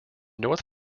north